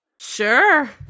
Sure